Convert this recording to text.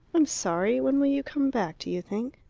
i'm sorry. when will you come back, do you think?